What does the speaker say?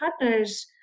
partners